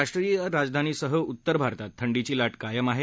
राष्ट्रीय राजधीनीसह उत्तर भारतात थंडीची लाट कायमच आहे